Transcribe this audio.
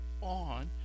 on